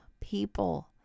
people